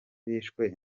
bishwe